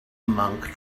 monk